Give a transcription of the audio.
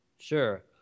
Sure